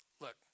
look